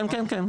כן, כן.